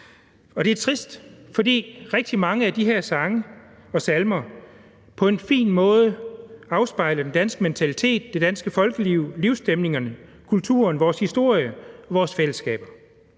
Og det er trist, fordi rigtig mange af de her sange og salmer på en fin måde afspejler den danske mentalitet, det danske folkeliv, livsstemningerne, kulturen, vores historie og vores fællesskaber.